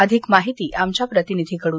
अधिक माहिती आमच्या प्रतिनिधींकडून